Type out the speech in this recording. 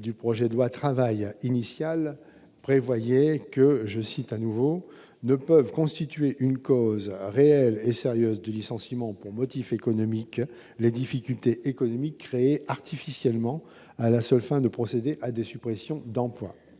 du projet de loi travail initial prévoyait que je cite à nouveau ne peuvent constituer une cause réelle et sérieuse de licenciement pour motif économique, les difficultés économiques créé artificiellement à la seule fin de procéder à des suppressions d'emplois,